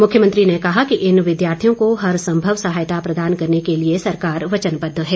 मुख्यमंत्री ने कहा कि इन विद्यार्थियों को हरसंभव सहायता प्रदान करने के लिए सरकार वचनबद्व है